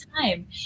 time